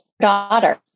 daughters